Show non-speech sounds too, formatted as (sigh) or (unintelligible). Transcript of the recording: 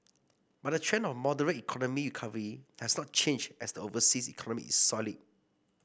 but the trend of moderate (unintelligible) has not changed as the overseas economy is solid